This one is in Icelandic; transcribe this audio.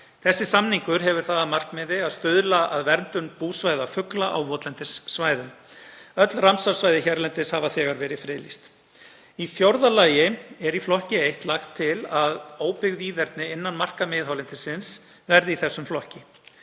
Sá samningur hefur það að markmiði að stuðla verndun búsvæða fugla á votlendissvæðum. Öll Ramsar-svæði hérlendis hafa þegar verið friðlýst. Í fjórða lagi er í flokki 1 lagt til að óbyggð víðerni innan marka miðhálendis Íslands verði í þessum flokki.